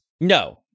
No